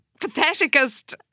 patheticest